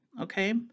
okay